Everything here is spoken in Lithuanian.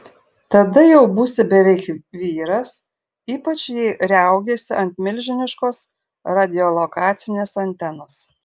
tada jau būsi beveik vyras ypač jei riaugėsi ant milžiniškos radiolokacinės antenos